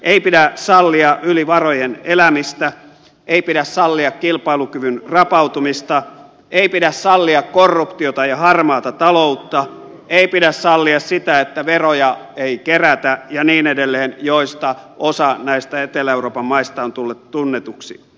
ei pidä sallia yli varojen elämistä ei pidä sallia kilpailukyvyn rapautumista ei pidä sallia korruptiota ja harmaata taloutta ei pidä sallia sitä että veroja ei kerätä ja niin edelleen mistä osa näistä etelä euroopan maista on tullut tunnetuksi